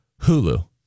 Hulu